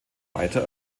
weiter